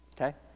Okay